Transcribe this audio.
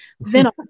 Venom